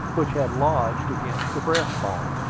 which had lodged against the breastbone.